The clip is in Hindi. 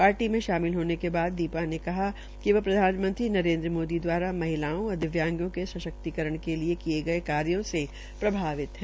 पार्टी में शामिल होने के बाद दीपा ने कहाक कि वह प्रधानमंत्री नरेन्द्र मोदी द्वारा महिलाओं व दिव्यांगों के संशक्तकरण के लिये किये गये कार्यो से प्रभावित है